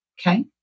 Okay